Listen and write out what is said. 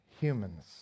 humans